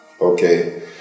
Okay